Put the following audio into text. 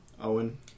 Owen